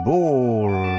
Ball